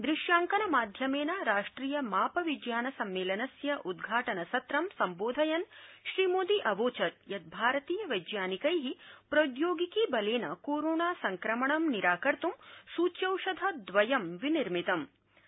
दृश्यांकन माध्यमेन राष्ट्रिय माप विज्ञान सम्मेलनस्य उद्घाटनासत्रं सम्बोधयन् श्री मोदी अवोचत् यत् भारतीय वैज्ञानिकै प्रौद्योगिकी बलेन कोरोना संक्रमणं निराकर्त् सुच्यौषधद्वयं विनिर्मितमं